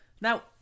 now